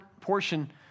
portion